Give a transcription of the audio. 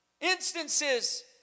Instances